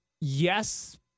Yes